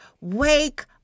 wake